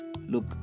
Look